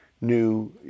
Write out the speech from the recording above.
new